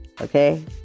Okay